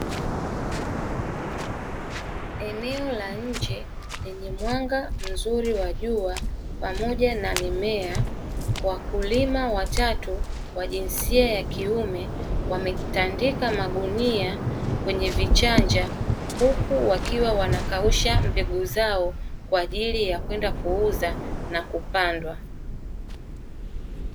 Eneo la nje lenye mwanga mzuri wa jua pamoja na mimea, wakulima watatu wa jinsia ya kiume wametandika magunia kwenye vichanja huku wakiwa wanakausha mbegu zao kwa ajili ya kwenda kuuza na kupandwa.